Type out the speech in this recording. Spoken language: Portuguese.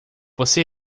você